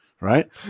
right